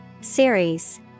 Series